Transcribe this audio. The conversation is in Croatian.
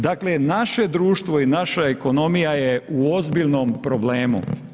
Dakle naše društvo i naša ekonomija je u ozbiljnom problemu.